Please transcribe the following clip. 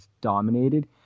dominated